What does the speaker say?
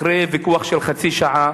אחרי ויכוח של חצי שעה